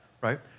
right